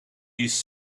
his